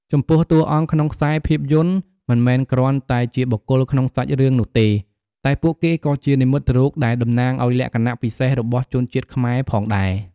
ចំពោះតួអង្គក្នុងខ្សែភាពយន្តមិនមែនគ្រាន់តែជាបុគ្គលក្នុងសាច់រឿងនោះទេ តែពួកគេក៏ជានិមិត្តរូបដែលតំណាងឱ្យលក្ខណៈពិសេសរបស់ជនជាតិខ្មែរផងដែរ ។